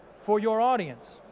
for your audience?